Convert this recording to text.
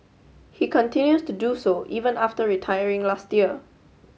he continues to do so even after retiring last year